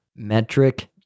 metric